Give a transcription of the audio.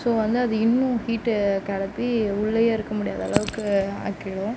so வந்து அது இன்னும் ஹீட்டை கிளப்பி உள்ளேயே இருக்க முடியாத அளவுக்கு ஆக்கிடும்